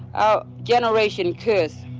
our generation cursed.